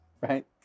Right